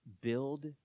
Build